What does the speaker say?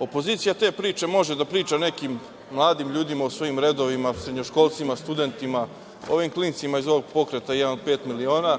opozicija te priče može da priča nekim mladim ljudima u svojim redovima, srednjoškolcima, studentima, ovim klincima iz ovog pokreta „1 od 5 miliona“,